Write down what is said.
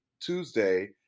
Tuesday